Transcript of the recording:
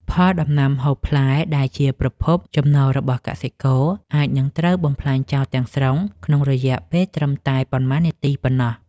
ផលដំណាំហូបផ្លែដែលជាប្រភពចំណូលរបស់កសិករអាចនឹងត្រូវបំផ្លាញចោលទាំងស្រុងក្នុងរយៈពេលត្រឹមតែប៉ុន្មាននាទីប៉ុណ្ណោះ។